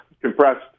compressed